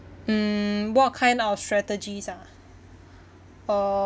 mm what kind of strategies ah uh